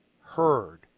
heard